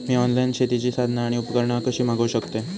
मी online शेतीची साधना आणि उपकरणा कशी मागव शकतय?